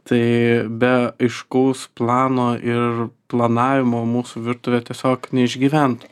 tai be aiškaus plano ir planavimo mūsų virtuvė tiesiog neišgyventų